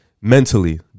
mentally